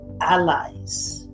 allies